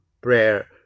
prayer